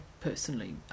personally